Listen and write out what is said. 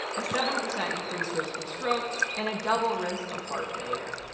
a seven percent increased risk of stroke and a double risk of heart failure.